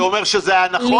זה אומר שזה היה נכון?